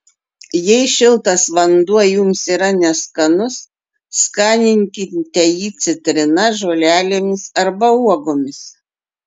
jei šiltas vanduo jums yra neskanus skaninkite jį citrina žolelėmis arba uogomis